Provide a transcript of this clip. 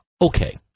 Okay